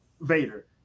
Vader